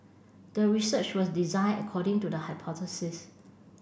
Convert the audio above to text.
the research was designed according to the hypothesis